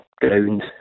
ground